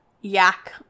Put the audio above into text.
yak